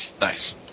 Nice